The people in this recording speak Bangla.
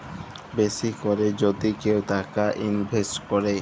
বেশি ক্যরে যদি কেউ টাকা ইলভেস্ট ক্যরে